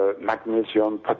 magnesium